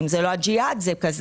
אם זה לא הג'יהאד, זה כזה.